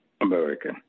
American